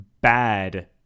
bad